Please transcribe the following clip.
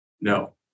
no